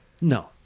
No